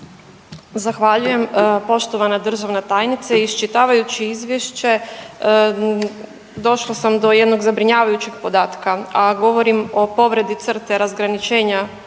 Zahvaljujem. Poštovana državna tajnice, iščitavajući izvješće došla sam do jednog zabrinjavajućeg podatka, a govorim o povredi crte razgraničenja